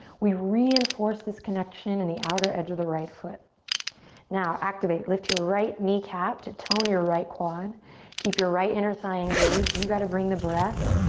we reinforce this connection and the outer edge of the right foot now activate lift your right knee cap to tone your right quad keep your right inner thigh engaged you got to bring the breath